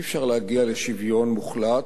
אי-אפשר להגיע לשוויון מוחלט,